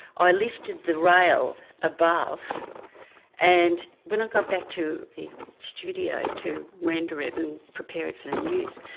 i lifted the rail above and when i got back to the studio to render it and prepare it for the news,